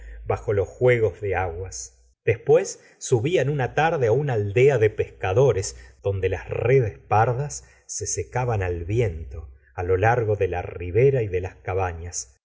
bajo los juegos de aguas después subían una tarde á una aldea de pescadores donde las redes pardas se secaban al viento á lo largo de la ribera y de las cabañas